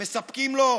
מספקים לו הסתה,